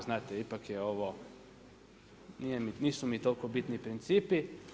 Znate, ipak je ovo, nisu mi toliko bitni principi.